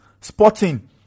Sporting